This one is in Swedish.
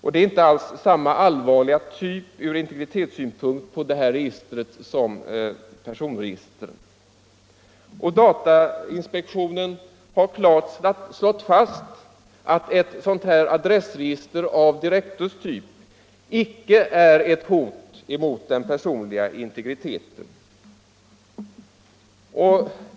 Ur integritetssynpunkt är detta register inte alls av samma allvarliga typ som ett personregister. Datainspektionen har klart slagit fast att ett adressregister av Direktus typ icke är ett hot mot den personliga integriteten.